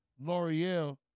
L'Oreal